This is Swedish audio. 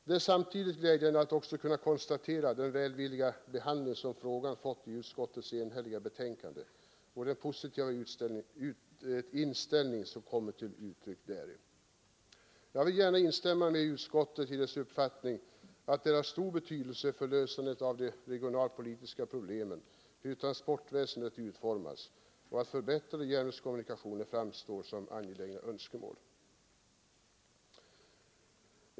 Det är samtidigt glädjande att kunna konstatera den välvilliga behandling frågan fått i utskottets enhälliga betänkande och den positiva inställning som däri kommit till uttryck. Jag vill gärna instämma i utskottets uppfattning att det är av stor betydelse för lösandet av de regionalpolitiska problemen hur transportväsendet utformas och att förbättrade järnvägskommunikationer framstår ällelse som vi motionärer kan notera dessa som angelägna önskemål.